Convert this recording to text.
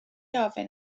ofyn